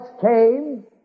came